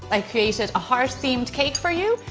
ah created a heart themed cake for you,